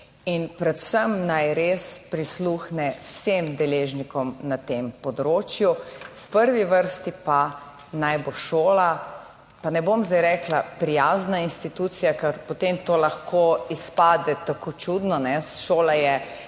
in predvsem naj res prisluhne vsem deležnikom na tem področju. V prvi vrsti pa naj bo šola, pa ne bom zdaj rekla prijazna institucija, ker potem to lahko izpade tako čudno, šola je